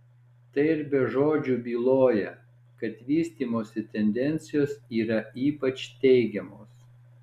tai ir be žodžių byloja kad vystymosi tendencijos yra ypač teigiamos